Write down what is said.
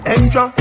Extra